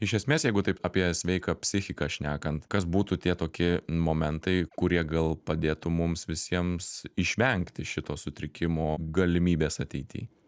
iš esmės jeigu taip apie sveiką psichiką šnekant kas būtų tie toki momentai kurie gal padėtų mums visiems išvengti šito sutrikimo galimybės ateity